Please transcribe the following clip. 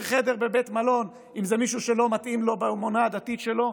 חדר בבית מלון אם זה מישהו שלא מתאים לו באמונה הדתית שלו,